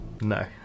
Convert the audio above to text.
No